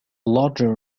larger